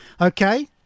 Okay